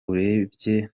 urebye